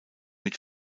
mit